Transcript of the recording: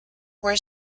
where